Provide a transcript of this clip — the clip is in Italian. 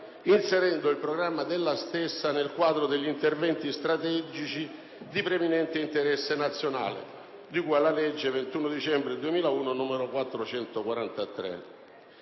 inserendo il Programma della stessa nel quadro degli interventi strategici di preminente interesse nazionale, di cui alla legge 21 dicembre 2001, n. 443.